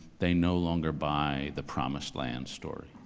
they no longer buy the promised land story.